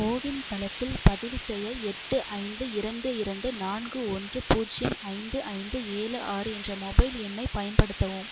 CoWIN தளத்தில் பதிவு செய்ய எட்டு ஐந்து இரண்டு இரண்டு நான்கு ஒன்று பூஜ்ஜியம் ஐந்து ஐந்து ஏழு ஆறு என்ற மொபைல் எண்ணைப் பயன்படுத்தவும்